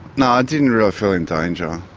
no i didn't really feel in danger.